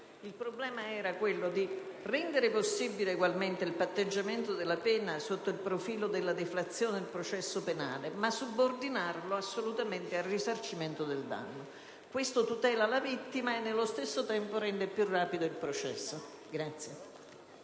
Il problema era di rendere possibile egualmente il patteggiamento della pena sotto il profilo della deflazione del processo penale, subordinandolo però assolutamente al risarcimento del danno: ciò tutela la vittima e, nello stesso tempo, rende più rapido il processo.